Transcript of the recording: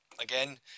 again